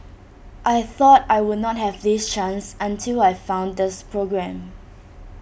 I thought I would not have this chance until I found this programme